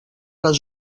les